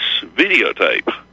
videotape